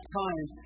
time